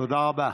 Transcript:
תודה רבה.